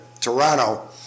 toronto